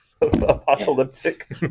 apocalyptic